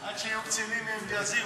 עד שהם יהיו קצינים הם עוד יזיעו.